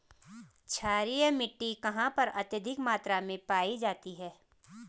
क्षारीय मिट्टी कहां पर अत्यधिक मात्रा में पाई जाती है?